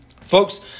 Folks